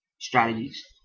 strategies